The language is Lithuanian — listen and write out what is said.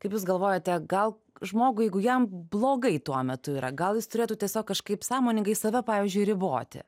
kaip jūs galvojate gal žmogui jeigu jam blogai tuo metu yra gal jis turėtų tiesiog kažkaip sąmoningai save pavyzdžiui riboti